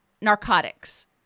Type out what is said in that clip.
narcotics